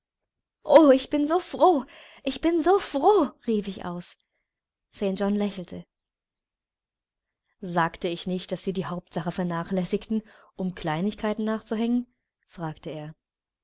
o ich bin so froh ich bin so froh rief ich aus st john lächelte sagte ich nicht daß sie die hauptsache vernachlässigten um kleinigkeiten nachzuhängen fragte er